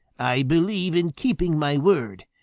i believe in keeping my word.